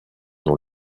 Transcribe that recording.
dans